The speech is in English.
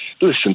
Listen